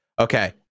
Okay